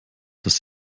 dass